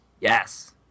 Yes